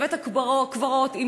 בבית-הקברות,